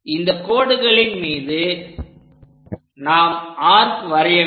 இந்த கோடுகளின் மீது நாம் ஆர்க் வரைய வேண்டும்